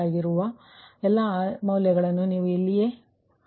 ಆದ್ದರಿಂದ ಈ ಎಲ್ಲಾ ಮೌಲ್ಯಗಳನ್ನು ಸಬ್ಸ್ ಟ್ಯೂಟ್ ಮಾಡಬೇಕು